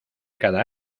cada